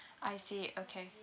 I see okay